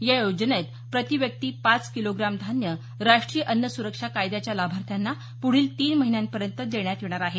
या योजनेत प्रति व्यक्ति पांच किलोग्राम धान्य राष्ट्रीय अन्न सुरक्षा कायद्याच्या लाभाथ्यांना पुढील तीन महिन्यांपर्यंत देण्यात येणार आहे